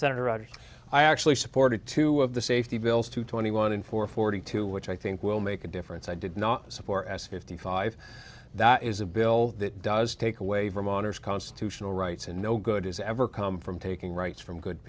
senator i actually supported two of the safety bills two twenty one in four forty two which i think will make a difference i did not support as fifty five that is a bill that does take away from honors constitutional rights and no good has ever come from taking rights from good